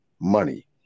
money